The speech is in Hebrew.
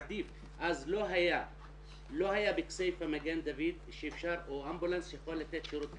אז לא היה בכסייפה מגן דוד או אמבולנס שהיה יכול לתת שירות כזה.